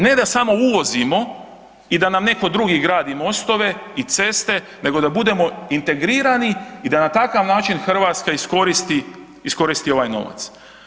Ne da samo uvozimo i da nam netko drugi gradi mostove i ceste, nego da bude integrirani i da na takav način Hrvatska iskoristi ovaj novac.